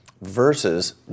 versus